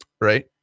right